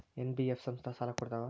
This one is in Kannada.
ಎನ್.ಬಿ.ಎಫ್ ಸಂಸ್ಥಾ ಸಾಲಾ ಕೊಡ್ತಾವಾ?